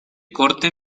corte